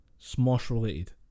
Smosh-related